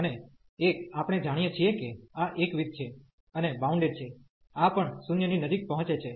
અને એક આપણે જાણીએ છીએ કે આ એકવિધ છે અને બાઉન્ડેડ છે આ પણ 0 ની નજીક પહોંચે છે